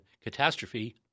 catastrophe